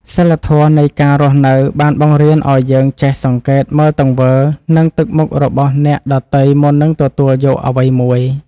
សីលធម៌នៃការរស់នៅបានបង្រៀនឱ្យយើងចេះសង្កេតមើលទង្វើ និងទឹកមុខរបស់អ្នកដទៃមុននឹងទទួលយកអ្វីមួយ។